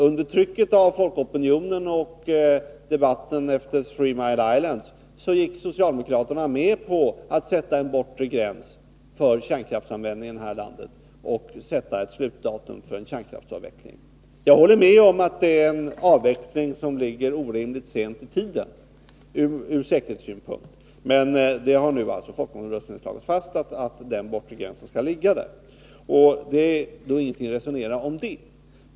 Under trycket av folkopinionen och debatten efter händelsen vid Three Mile Island gick socialdemokraterna med på att sätta en bortre gräns för kärnkraftens användning i vårt land och att sätta ett slutdatum för en kärnkraftsavveckling. Jag håller med om att det är en avveckling som ligger orimligt sent i tiden ur säkerhetssynpunkt, men i folkomröstningen har det slagits fast att den bortre gränsen skall ligga där. Det är således ingenting att resonera om.